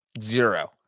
Zero